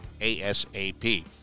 ASAP